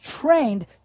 trained